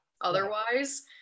otherwise